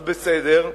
אז בסדר,